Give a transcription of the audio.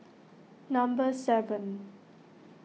number seven